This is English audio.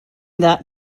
that